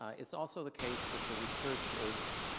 it's also the case that the research is